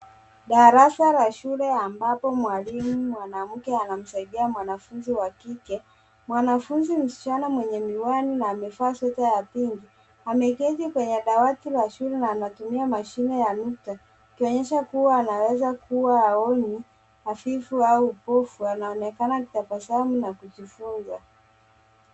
Darasa la shule ambapo mwalimu mwanamke anamsaidia mwanafunzi wa kike. Mwanafunzi msichana mwenye miwani na amevaa sweta ya pinki ameketi kwenye dawati ya shule na anatumia mashine ya nukta kuonyesha kuwa anaweza kuwa haoni hafifu au kipofu . Anaonekana akitabasamu na kujifunza.